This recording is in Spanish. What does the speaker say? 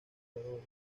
jugadores